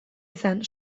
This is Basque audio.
izan